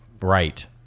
right